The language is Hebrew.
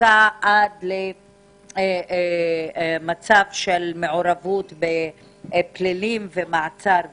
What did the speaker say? ומצוקה עד למצב של מעורבות בפלילים, מעצר וכולי.